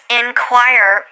inquire